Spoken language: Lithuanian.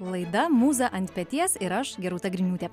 laida mūza ant peties ir aš gerūta griniūtė